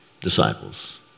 disciples